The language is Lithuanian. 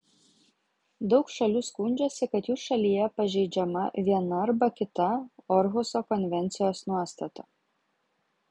daug šalių skundžiasi kad jų šalyje pažeidžiama viena arba kita orhuso konvencijos nuostata